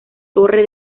torre